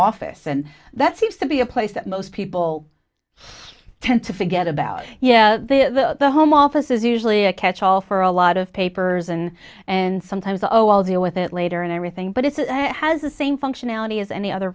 office and that seems to be a place that most people tend to forget about yeah the home office is usually a catch all for a lot of papers and and sometimes oh i'll deal with it later and everything but it has the same functionality as any other